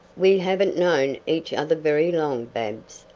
we haven't known each other very long, babs,